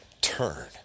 turn